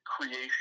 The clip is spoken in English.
creation